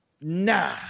nah